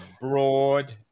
broad